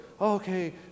Okay